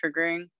triggering